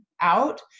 out